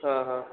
ಹಾಂ ಹಾಂ